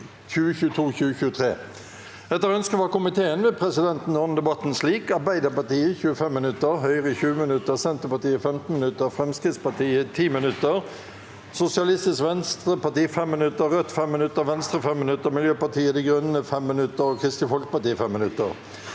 og forvaltningskomiteen vil presidenten ordne debatten slik: Arbeiderpartiet 25 minutter, Høyre 20 minutter, Senterpartiet 15 minutter, Fremskrittspartiet 10 minutter, Sosialistisk Venstreparti 5 minutter, Rødt 5 minutter, Venstre 5 minutter, Miljøpartiet De Grønne 5 minutter og Kristelig Folkeparti 5 minutter.